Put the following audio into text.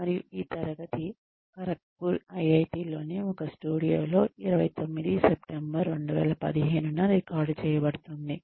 మరియు ఈ తరగతి ఖరగ్పూర్ ఐఐటి IIT Kharagpur లోని ఒక స్టూడియో లో 29 సెప్టెంబర్ 2015 న రికార్డ్ చేయబడుతోంది